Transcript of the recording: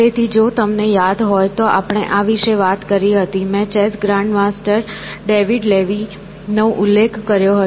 તેથી જો તમને યાદ હોય તો આપણે આ વિશે વાત કરી હતી મેં ચેસ ગ્રાન્ડમાસ્ટર ડેવિડ લેવી નો ઉલ્લેખ કર્યો હતો